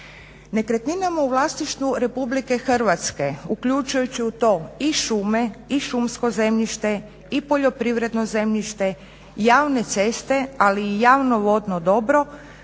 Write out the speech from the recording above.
Nekretninama u vlasništvu Republike Hrvatske uključujući u to i šume i šumsko zemljište i poljoprivredno zemljište, javne ceste ali i javno vodno dobro